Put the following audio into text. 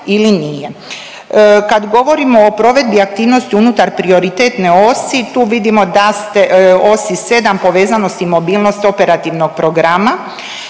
Kad govorimo o provedbi aktivnosti unutar prioritetne osi, tu vidimo da ste, osi 7 povezanost i mobilnost operativnog programa,